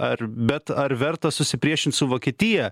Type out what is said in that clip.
ar bet ar verta susipriešint su vokietija